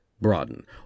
broaden